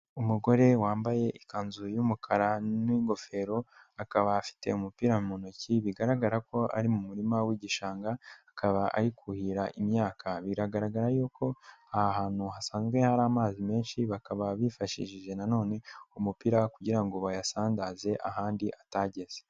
Umugore wambaye ikanzu y'umukara n'ingofero, akaba afite umupira mu ntoki, bigaragara ko ari mu murima w'igishanga, akaba ari kuhira imyaka, biragaragara yuko aha hantu hasanzwe hari amazi menshi bakaba bifashishije nanone umupira kugira ngo bayasandaze ahandi atageze.